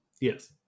Yes